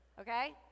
okay